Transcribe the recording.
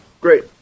great